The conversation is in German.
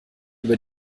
über